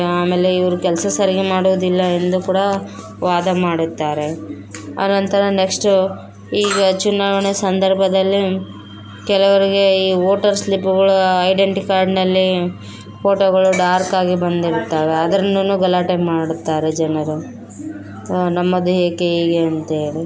ಆಮೇಲೆ ಇವ್ರು ಕೆಲಸ ಸರಿಗೆ ಮಾಡೋದಿಲ್ಲ ಎಂದು ಕೂಡ ವಾದ ಮಾಡುತ್ತಾರೆ ಅನಂತರ ನೆಕ್ಸ್ಟು ಹೀಗೆ ಚುನಾವಣೆ ಸಂದರ್ಭದಲ್ಲಿ ಕೆಲವರಿಗೆ ಈ ವೋಟರ್ ಸ್ಲಿಪ್ಗಳು ಐಡಂಟಿ ಕಾರ್ಡನಲ್ಲಿ ಫೋಟೋಗಳು ಡಾರ್ಕಾಗಿ ಬಂದಿರ್ತವೆ ಅದರೂ ಗಲಾಟೆ ಮಾಡುತ್ತಾರೆ ಜನರು ನಮ್ಮದು ಏಕೆ ಹೀಗೆ ಅಂತ್ಹೇಳಿ